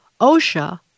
OSHA